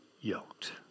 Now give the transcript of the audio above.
yoked